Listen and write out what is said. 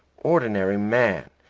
ordinary man,